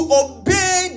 obey